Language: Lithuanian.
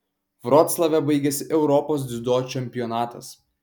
vroclave baigėsi europos dziudo čempionatas